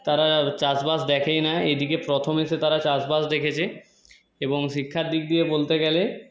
তারা চাষবাস দেখেই না এইদিকে প্রথম এসে তারা চাষবাস দেখেছে এবং শিক্ষার দিক দিয়ে বলতে গেলে